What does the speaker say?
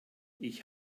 ich